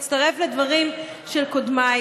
להצטרף לדברים של קודמיי.